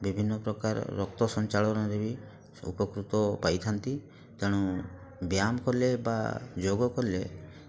ବିଭିନ୍ନ ପ୍ରକାର ରକ୍ତ ସଞ୍ଚାଳନରେ ବି ସେ ଉପକୃତ ପାଇଥାନ୍ତି ତେଣୁ ବ୍ୟାୟମ କଲେ ବା ଯୋଗ କଲେ